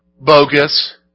Bogus